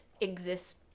exists